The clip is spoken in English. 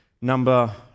Number